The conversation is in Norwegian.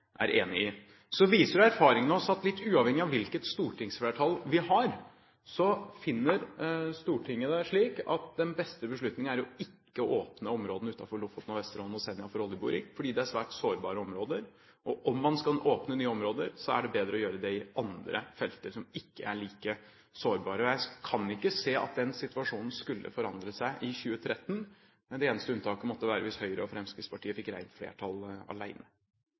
Så viser erfaringene oss, litt uavhengig av hvilket stortingsflertall vi har, at Stortinget ser det slik at den beste beslutningen er å ikke åpne områdene utenfor Lofoten, Vesterålen og Senja for oljeboring, fordi de er svært sårbare områder. Om man skal åpne nye områder, er det bedre å gjøre det i andre felter som ikke er like sårbare. Jeg kan ikke se at den situasjonen skulle forandre seg i 2013. Det eneste unntaket måtte være hvis Høyre og Fremskrittspartiet fikk rent flertall